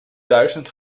duizend